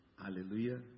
Hallelujah